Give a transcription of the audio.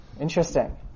Interesting